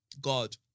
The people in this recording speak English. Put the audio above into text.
God